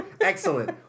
Excellent